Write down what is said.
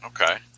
Okay